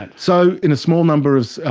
and so in small numbers,